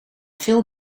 veel